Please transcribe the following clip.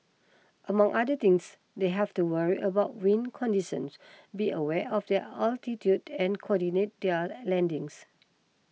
among other things they have to worry about wind conditions be aware of their altitude and coordinate their landings